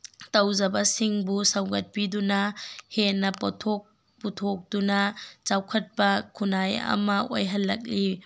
ꯇꯧꯖꯕꯁꯤꯡꯕꯨ ꯁꯧꯒꯠꯄꯤꯗꯨꯅ ꯍꯦꯟꯅ ꯄꯣꯠꯊꯣꯛ ꯄꯨꯊꯣꯛꯇꯨꯅ ꯆꯥꯎꯈꯠꯄ ꯈꯨꯟꯅꯥꯏ ꯑꯃ ꯑꯣꯏꯍꯜꯂꯛꯂꯤ